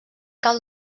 cal